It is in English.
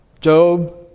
Job